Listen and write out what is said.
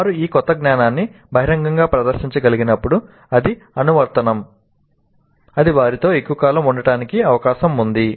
వారు ఈ క్రొత్త జ్ఞానాన్ని బహిరంగంగా ప్రదర్శించగలిగినప్పుడు అది అనువర్తనం అది వారితో ఎక్కువ కాలం ఉండటానికి అవకాశం ఉంది